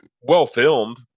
well-filmed